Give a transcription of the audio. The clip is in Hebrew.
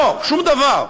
לא, שום דבר,